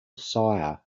sire